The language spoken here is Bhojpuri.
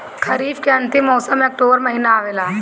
खरीफ़ के अंतिम मौसम में अक्टूबर महीना आवेला?